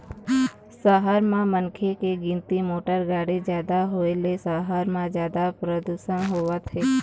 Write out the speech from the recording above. सहर म मनखे के गिनती, मोटर गाड़ी जादा होए ले सहर म जादा परदूसन होवत हे